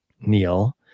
Neil